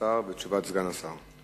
השר ולתשובת סגן השר.